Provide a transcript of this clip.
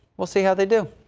we'll see how they do.